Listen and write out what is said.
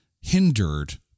hindered